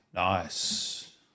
Nice